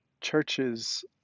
churches